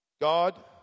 God